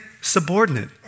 subordinate